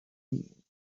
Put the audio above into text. موند